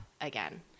again